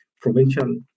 provincial